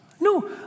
No